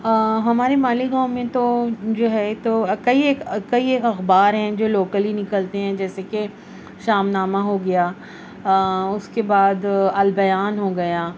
ہمارے مالیگاؤں میں تو جو ہے تو کئی ایک کئی ایک اخبار ہیں جو لوکلی نکلتے ہیں جیسے کہ شام نامہ ہو گیا اس بعد البیان ہو گیا